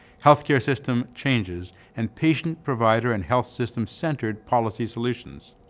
healthcare system changes, and patient, provider, and health systems centered policy solutions.